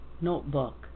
notebook